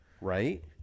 Right